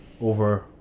over